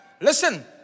Listen